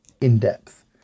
in-depth